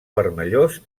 vermellós